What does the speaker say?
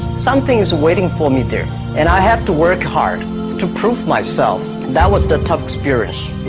something is waiting for me there and i have to work hard to prove myself that was the tough experience